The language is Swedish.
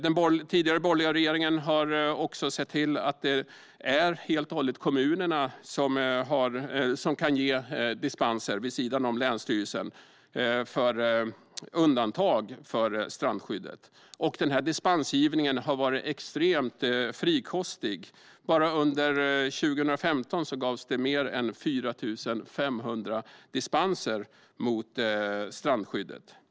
Den tidigare, borgerliga regeringen har också sett till att det är kommunerna som vid sidan av länsstyrelsen kan ge dispenser för undantag gällande strandskyddet, och denna dispensgivning har varit extremt frikostig. Bara under 2015 gavs det mer än 4 500 dispenser angående strandskyddet.